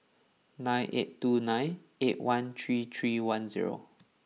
nine eight two nine eight one three three one zero